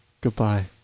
Goodbye